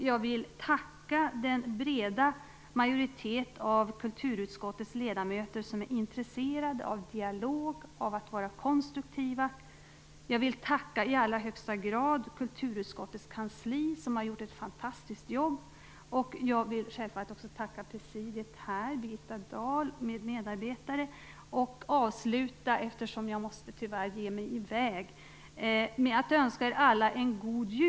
Jag vill tacka den breda majoritet av ledamöter i kulturutskottet som är intresserad av dialog, av att vara konstruktiv. Jag vill i allra högsta grad tacka kulturutskottets kansli som har gjort ett fantastiskt jobb. Jag vill självfallet också tacka presidiet här, Jag avslutar, eftersom jag tyvärr måste ge mig i väg, med att önska er alla en god jul.